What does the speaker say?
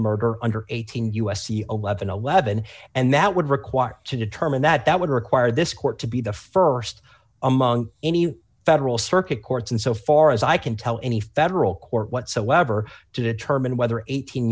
murder under eighteen u s c a weapon a weapon and that would require to determine that that would require this court to be the st among any federal circuit courts and so far as i can tell any federal court whatsoever to determine whether eighteen